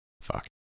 fuck